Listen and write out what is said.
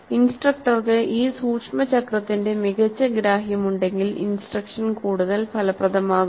ഇൻസ്ട്രക്ടർക്ക് ഈ സൂക്ഷ്മ ചക്രത്തിന്റെ മികച്ച ഗ്രാഹ്യം ഉണ്ടെങ്കിൽ ഇൻസ്ട്രക്ഷൻ കൂടുതൽ ഫലപ്രദമാകും